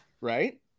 right